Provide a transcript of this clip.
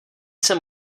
jsem